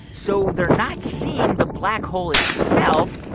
so they're not seeing the black hole itself.